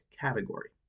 category